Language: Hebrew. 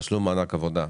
תשלום מענק עבודה,